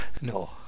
No